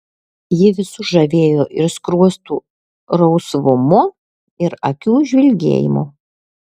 ji visus žavėjo ir skruostų rausvumu ir akių žvilgėjimu